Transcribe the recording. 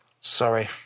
sorry